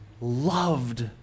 loved